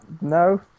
No